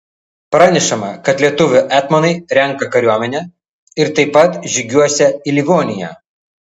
pranešama kad lietuvių etmonai renką kariuomenę ir taip pat žygiuosią į livoniją